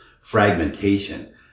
fragmentation